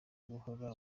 guhora